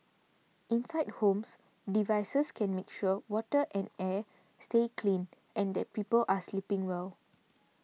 inside homes devices can make sure water and air stay clean and that people are sleeping well